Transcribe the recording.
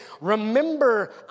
Remember